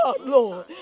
Lord